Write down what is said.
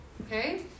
okay